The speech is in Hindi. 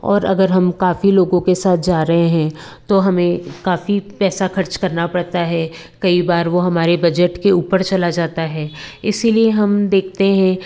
और अगर हम काफ़ी लोगों के साथ जा रहे हैं तो हमें काफ़ी पैसा ख़र्च करना पड़ता है कई बार वो हमारे बजट के ऊपर चला जाता है इसी लिए हम देखते हैं